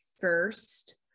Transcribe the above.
first